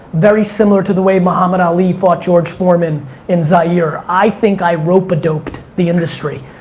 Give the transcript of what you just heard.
very similar to the way muhammad ali fought george foreman in zaire. i think i rope-a-doped the industry.